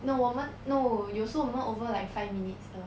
no 我们 no 有时候我们 over like five minutes 的